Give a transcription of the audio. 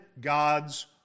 God's